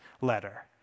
letter